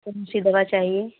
कौनसी दवा चाहिए